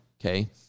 Okay